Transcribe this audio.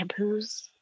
shampoos